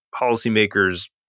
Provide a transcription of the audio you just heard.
policymakers